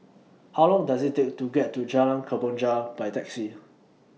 How Long Does IT Take to get to Jalan Kemboja By Taxi